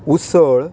उसळ